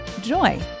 joy